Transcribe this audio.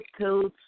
codes